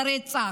לרצח.